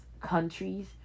countries